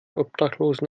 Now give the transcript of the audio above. obdachlosen